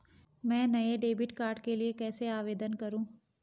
मैं नए debit card के लिए कैसे आवेदन करूं?